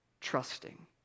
trusting